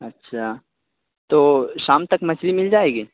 اچھا تو شام تک مچھلی مل جائے گی